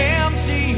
empty